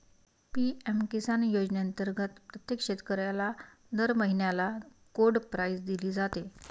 PM Kisan योजनेअंतर्गत प्रत्येक शेतकऱ्याला दर महिन्याला कोड प्राईज दिली जाते